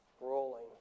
rolling